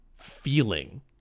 feeling